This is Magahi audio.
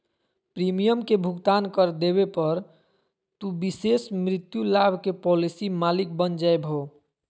प्रीमियम के भुगतान कर देवे पर, तू विशेष मृत्यु लाभ के पॉलिसी मालिक बन जैभो